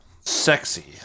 Sexy